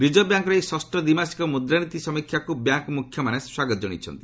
reserve ବ୍ୟାଙ୍କ୍ର ଏହି ଷଷ୍ଠ ଦ୍ୱିମାସିକ ମୁଦ୍ୱାନୀତି ସମୀକ୍ଷାକୁ ବ୍ୟାଙ୍କ୍ ମୁଖ୍ୟମାନେ ସ୍ୱାଗତ ଜଣାଇଛନ୍ତି